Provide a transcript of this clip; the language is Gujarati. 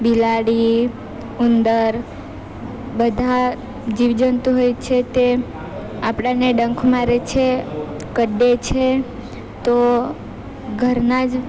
બિલાડી ઉંદર બધાં જીવજંતુ હોય છે તે આપણાને ડંખ મારે છે કરડે છે તો ઘરના જ